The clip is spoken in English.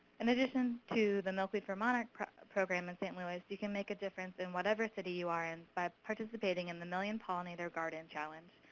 in addition to the milkweeds for monarchs program in st. louis, you can make a difference in whatever city you are in by participating in the million pollinator garden challenge,